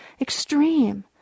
extreme